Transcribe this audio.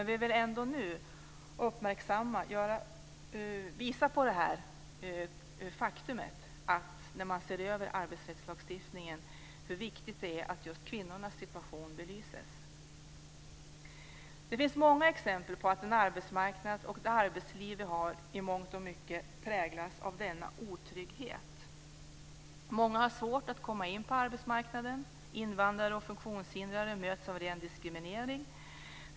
Vi vill ändå nu visa på detta faktum och påpeka hur viktigt det är att just kvinnornas situation belyses när man ser över arbetsrättslagstiftningen. Det finns många exempel på att den arbetsmarknad och det arbetsliv vi har i mångt och mycket präglas av denna otrygghet. Många har svårt att komma in på arbetsmarknaden. Invandrare och funktionshindrade möts av ren diskriminering.